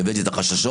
הבעתי את החששות,